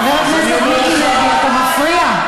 חבר הכנסת מיקי לוי, אתה מפריע.